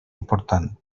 important